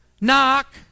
Knock